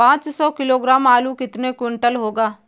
पाँच सौ किलोग्राम आलू कितने क्विंटल होगा?